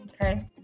Okay